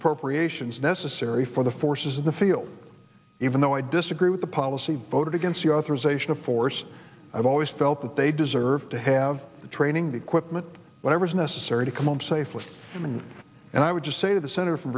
appropriations necessary for the forces in the field even though i disagree with the policy voted against the authorization of force i've always felt that they deserve to have the training the equipment whatever is necessary to come home safely and and i would just say the senator from